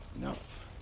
Enough